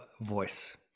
voice